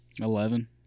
eleven